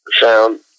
sound